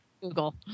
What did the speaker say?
Google